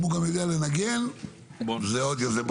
אם הוא גם יודע לנגן זה בונוס.